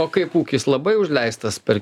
o kaip ūkis labai užleistas per